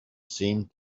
seemed